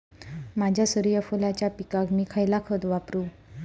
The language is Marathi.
माझ्या सूर्यफुलाच्या पिकाक मी खयला खत वापरू?